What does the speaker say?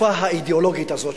התקופה האידיאולוגית הזאת,